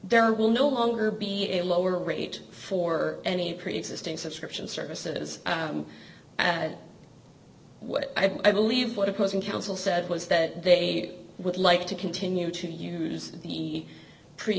there will no longer be a lower rate for any preexisting subscription services and what i believe what opposing counsel said was that they would like to continue to use the pre